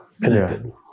connected